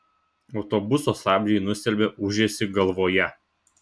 autobuso stabdžiai nustelbė ūžesį galvoje